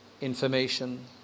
information